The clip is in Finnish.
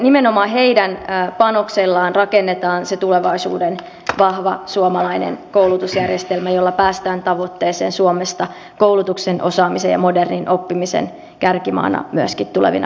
nimenomaan heidän panoksellaan rakennetaan se tulevaisuuden vahva suomalainen koulutusjärjestelmä jossa päästään tavoitteeseen suomesta koulutuksen osaamisen ja modernin oppimisen kärkimaana myöskin tulevina vuosikymmeninä